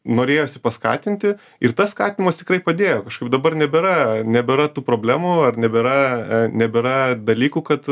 norėjosi paskatinti ir tas skatinimas tikrai padėjo kažkaip dabar nebėra nebėra tų problemų ar nebėra nebėra dalykų kad